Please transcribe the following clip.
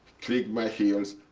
click my heels,